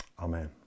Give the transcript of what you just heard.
Amen